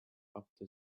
after